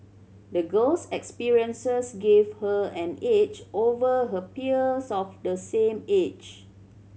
the girl's experiences gave her an edge over her peers of the same age